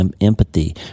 empathy